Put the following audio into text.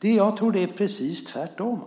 Jag tror att det är precis tvärtom.